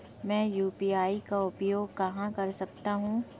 मैं यू.पी.आई का उपयोग कहां कर सकता हूं?